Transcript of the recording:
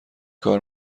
کار